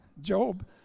Job